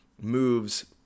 moves